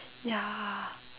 ya